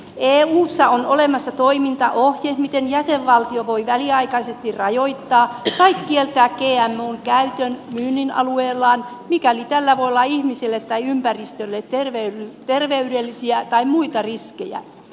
eussa on olemassa toimintaohje miten jäsenvaltio voi väliaikaisesti rajoittaa tai kieltää gmon käytön ja myynnin alueellaan mikäli tällä voi olla ihmisille tai ympäristölle terveydellisiä tai muita riskejä